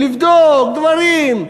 לבדוק, דברים.